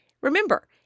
Remember